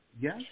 Yes